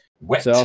Wet